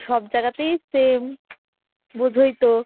সব জাগাতেই সেম বোঝোই তো